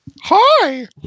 Hi